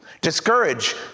discourage